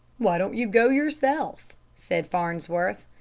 why don't you go yourself? said farnsworth.